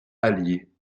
allier